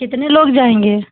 कितने लोग जाएंगे